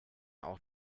auch